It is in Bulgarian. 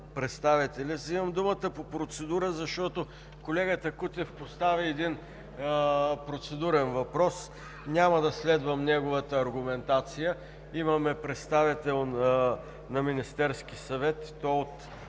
представители. Взимам думата по процедура, защото колегата Кутев постави процедурен въпрос. Няма да следвам неговата аргументация. Имаме представител на Министерския съвет, и то от